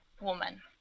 woman